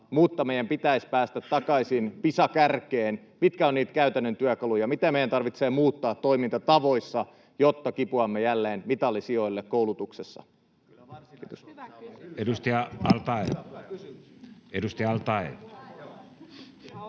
mutta meidän pitäisi päästä takaisin Pisa-kärkeen? Mitkä ovat niitä käytännön työkaluja? Mitä meidän tarvitsee muuttaa toimintatavoissamme, jotta kipuamme jälleen mitalisijoille koulutuksessa? — Kiitos.